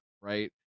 right